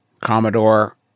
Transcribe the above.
Commodore